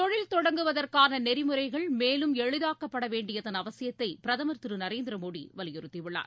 தொழில் தொடங்குவதற்கான நெறிமுறைகள் மேலும் எளிதாக்கப்படவேண்டியதன் அவசியத்தை பிரதமர் திரு நரேந்திர மோடி வலியுறுத்தி உள்ளார்